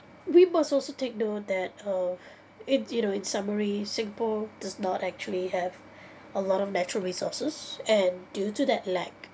we must also take note that uh it you know in summary singapore does not actually have a lot of natural resources and due to that lack